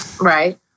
right